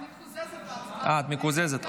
אני מקוזזת בהצעה --- אה, את מקוזזת.